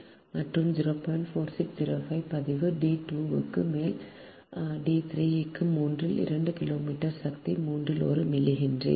4605 log d2 க்கு மேல் d3 க்கு மூன்றில் இரண்டு கிலோமீட்டருக்கு சக்தி மூன்றில் ஒரு மில்லிஹென்ரி